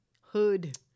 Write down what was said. Hood